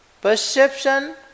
perception